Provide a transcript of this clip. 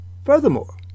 Furthermore